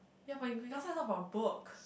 ya but mi casa is not from a book